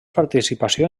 participació